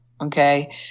Okay